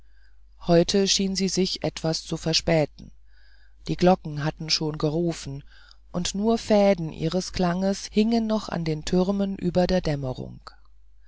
heute schien sie sich etwas zu verspäten die glocken hatten schon gerufen und nur fäden ihres klanges hingen noch an den türmen über der dämmerung